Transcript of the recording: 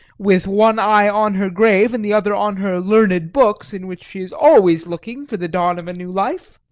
with one eye on her grave and the other on her learned books, in which she is always looking for the dawn of a new life.